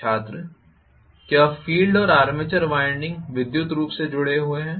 छात्र क्या फ़ील्ड और आर्मेचर वाइंडिंग विद्युत रूप से जुड़े हुए हैं